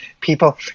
People